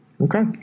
Okay